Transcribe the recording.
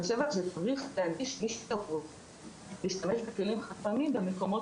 אני חושבת שצריך להשתמש בכלים חד פעמיים במקומות